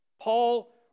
Paul